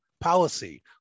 policy